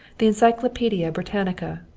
the encyclopaedia britannica,